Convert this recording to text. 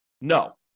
No